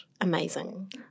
amazing